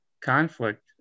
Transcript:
conflict